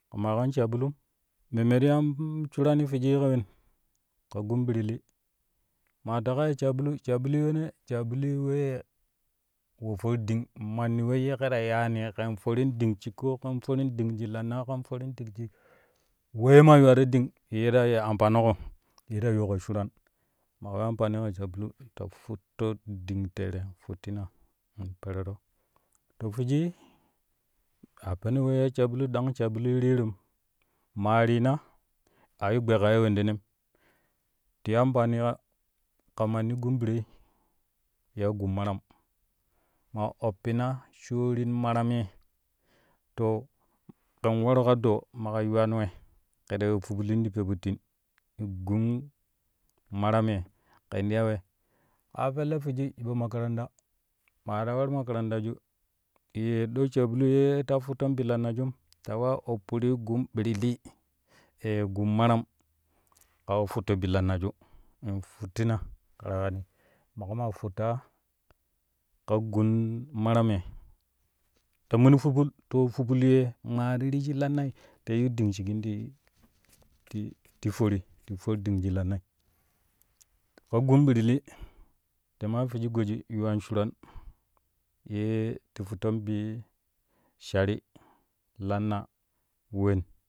Kamai kan sabulun memme ti ya shuran fwiji ka wen ka gun ɓirli ma teƙa ya sabulu sabului wene? Sabului wee wo for ɗing manni we ke ta yaani ken forin ɗing shiƙƙo ken forin ɗing shi kannaƙo ken forin ɗing shi wee maa yuwaro ɗing ye ta ya ampaniƙo ye ta yuuƙo shuran maƙa yuwa ampani ka sabulu ta futto ɗing tere futtina in perero to fwiji a peno we ya sabulum sabulu tudang a rirum ma rina a yu gbe vaa ye wendenem ti ya ampani ka ka manni gun biroi ya gun maran ma oppina shorin maran ye to kɛb waru ka doo maƙa yuwoan wɛ ta we fuvulin ti pepittin ti gun maramye ken ti ya we kaa pelle fwiji shiɓo makaranta maa ta wau makarantaju ti ye a ɗo sabulu ye ta futton bi lannajum ta wa oppurui gun ɓirli gun maran ka we futto bi lannaju in futtina ke ta weyami maƙo maa futtaa ka gun maram ye ta mun fuvul to fuvul ye maa ti ri shi lannai ta yiu ɗing shigi ti ti ti fori ti for ɗing shi lannai ka gun ɓirli te maa fwije goji yuwan shuran ye ti futton bu shari lanna ven.